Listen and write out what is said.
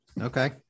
Okay